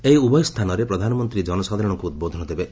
ଏହି ଉଭୟ ସ୍ଥାନରେ ପ୍ରଧାନମନ୍ତ୍ରୀ ଜନସାଧାରଣଙ୍କୁ ଉଦ୍ବୋଧନ ଦେବେ